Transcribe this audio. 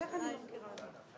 נפלה.